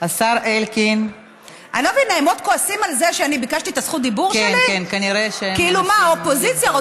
אולי זה תפקידה של האופוזיציה.